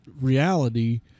reality